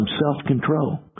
self-control